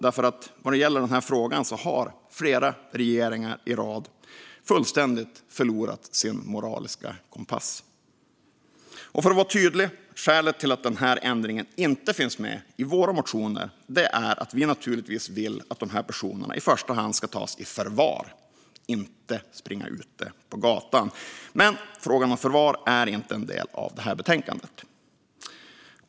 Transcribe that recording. När det gäller den här frågan har flera regeringar i rad fullständigt förlorat sin moraliska kompass. För att vara tydlig: Skälet till att den här ändringen inte finns med i våra motioner är att vi naturligtvis vill att de här personerna i första hand ska tas i förvar och inte springa ute på gatan. Frågan om förvar är dock inte en del av det här betänkandet.